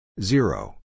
Zero